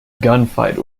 gunfight